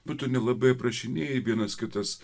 nu tu nelabai aprašinėji vienas kitas